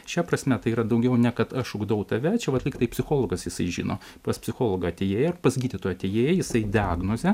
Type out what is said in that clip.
šia prasme tai yra daugiau nei kad aš ugdau tave čia va tiktai psichologas jisai žino pas psichologą atėjai pas gydytoją atėjai jisai diagnozę